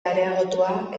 areagotua